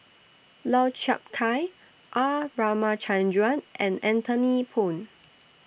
Lau Chiap Khai R Ramachandran and Anthony Poon